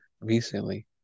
recently